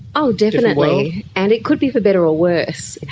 oh definitely, and it could be for better or worse.